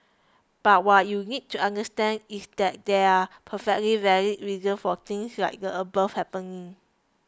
but what you need to understand is that there are perfectly valid reasons for things like the above happening